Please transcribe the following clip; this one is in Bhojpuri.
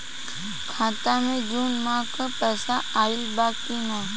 खाता मे जून माह क पैसा आईल बा की ना?